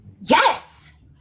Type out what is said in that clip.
Yes